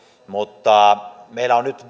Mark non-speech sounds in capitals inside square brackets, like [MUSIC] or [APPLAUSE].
mutta meillä on nyt [UNINTELLIGIBLE]